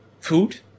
food